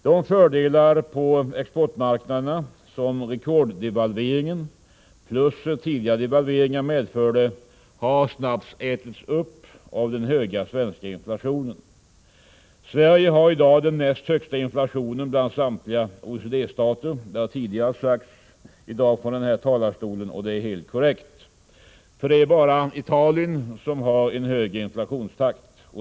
De fördelar på exportmarknaderna som rekorddevalveringen plus tidigare devalveringar medförde har snabbt ätits upp av den höga svenska inflationen. Sverige har i dag den näst högsta inflationen bland samtliga OECD stater. Det har sagts tidigare här från talarstolen, och det är helt korrekt, för det är endast Italien som har en högre inflationstakt.